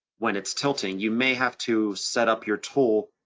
when it's tilting, you may have to set up your tool,